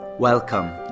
Welcome